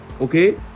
okay